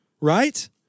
Right